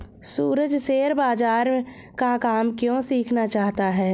सूरज share बाजार का काम क्यों सीखना चाहता है?